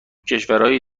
کشورای